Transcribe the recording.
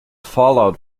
fallout